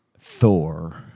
Thor